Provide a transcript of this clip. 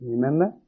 Remember